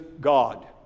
God